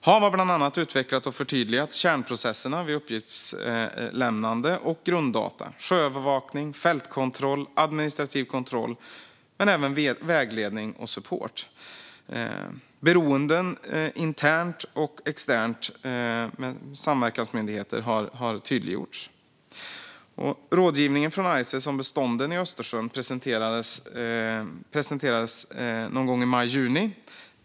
HaV har bland annat utvecklat och förtydligat kärnprocesserna vid uppgiftslämnande och grunddata, sjöövervakning, fältkontroll och administrativ kontroll men även vägledning och support. Beroenden internt och externt när det gäller samverkansmyndigheter har tydliggjorts. Rådgivningen från ICES om bestånden i Östersjön presenteras någon gång i maj eller juni.